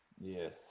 Yes